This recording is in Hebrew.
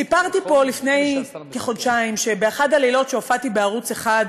סיפרתי פה לפני כחודשיים שבאחד הלילות שהופעתי בערוץ 1,